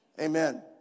amen